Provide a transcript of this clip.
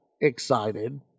excited